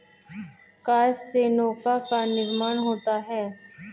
काष्ठ से नौका का निर्माण होता है